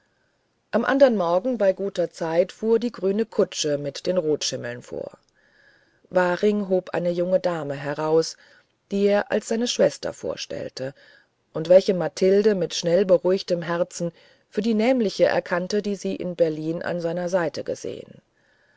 am andern morgen bei guter zeit fuhr die grüne kutsche mit den rotschimmeln vor waring hob eine junge dame heraus die er als seine schwester vorstellte und welche mathilde mit schnell beruhigtem herzen für die nämliche erkannte die sie in berlin an seiner seite gesehen